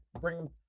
bring